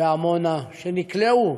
בעמונה שנקלעו